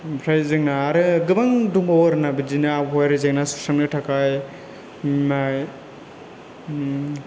ओमफ्राय जोंना आरो गोबां दंबावो आरो ना बिदिनो आबहावायारि जेंना सुस्रांनो थाखाय माय उम